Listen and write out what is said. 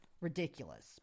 ridiculous